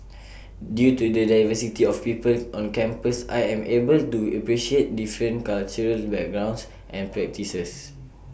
due to the diversity of people on campus I am able to appreciate different cultural backgrounds and practices